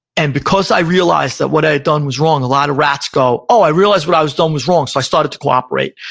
and because i realized that what i had done was wrong, a lot of rats go, oh, i realized what i was done was wrong, so i started to cooperate.